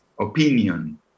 opinion